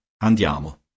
Andiamo